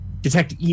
Detect